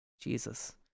Jesus